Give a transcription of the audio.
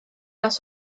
las